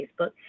Facebook